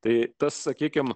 tai tas sakykime